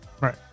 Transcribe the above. Right